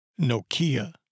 Nokia